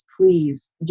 please